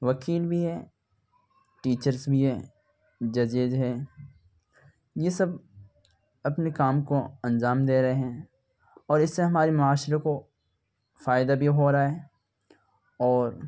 وکیل بھی ہیں ٹیچرس بھی ہیں ججیز ہیں یہ سب اپنے کام کو انجام دے رہے ہیں اور اس سے ہمارے معاشرہ کو فائدہ بھی ہو رہا ہے اور